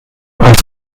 als